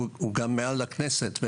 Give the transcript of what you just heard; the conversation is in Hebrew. הוא גם מעל הכנסת,